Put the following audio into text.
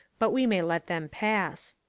but we may let them pass.